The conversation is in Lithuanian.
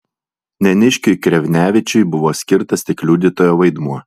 neniškiui krevnevičiui buvo skirtas tik liudytojo vaidmuo